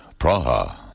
Praha